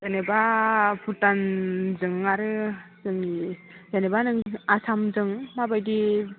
जेनेबा भुटानजों आरो जोंनि जेनेबा आसामजों माबायदि